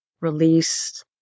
release